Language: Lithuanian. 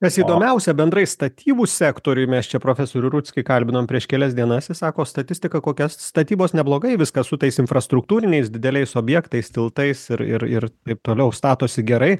kas įdomiausia bendrai statybų sektoriuj mes čia profesorių ruckį kalbinom prieš kelias dienas jis sako statistika kokia statybos neblogai viskas su tais infrastruktūriniais dideliais objektais tiltais ir ir ir taip toliau statosi gerai